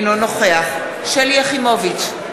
אינו נוכח שלי יחימוביץ,